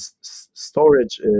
storage